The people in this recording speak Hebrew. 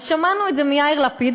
אז שמענו את זה מיאיר לפיד,